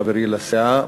חברי לסיעה,